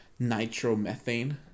nitromethane